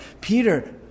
Peter